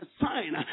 sign